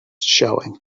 showing